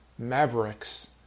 Mavericks